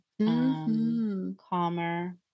calmer